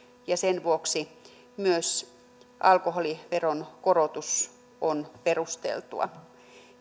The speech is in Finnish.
ja sen vuoksi myös alkoholiveron korotus on perusteltua